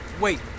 Wait